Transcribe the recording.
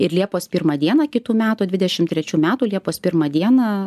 ir liepos pirmą dieną kitų metų dvidešim trečių metų liepos pirmą dieną